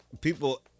people